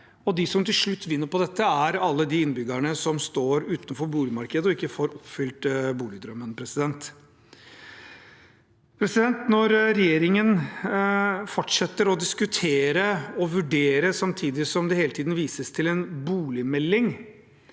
dem som til slutt vinner på dette, er alle de innbyggerne som står utenfor boligmarkedet, og ikke får oppfylt boligdrømmen. Når regjeringen fortsetter å diskutere og vurdere, samtidig som det hele tiden vises til en boligmelding,